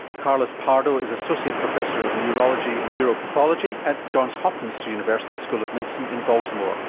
carlos pardo is associate professor of neurology and neuropathology at johns hopkins university school of medicine in baltimore.